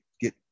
get